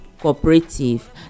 cooperative